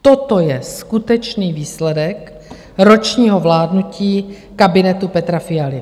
Toto je skutečný výsledek ročního vládnutí kabinetu Petra Fialy.